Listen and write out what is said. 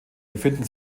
befinden